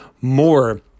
more